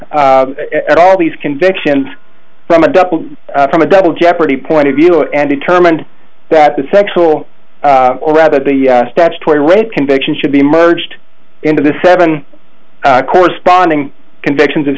at all these convictions from a double from a double jeopardy point of view and determined that the sexual or rather the statutory rape conviction should be merged into the seven corresponding convictions of